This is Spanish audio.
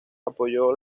apoyó